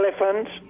elephants